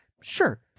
Sure